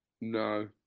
No